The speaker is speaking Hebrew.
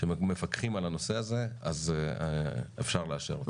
שמפקחים על הנושא הזה אז אפשר לאשר.